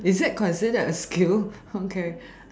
is that considered a skill okay